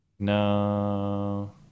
No